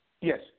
Yes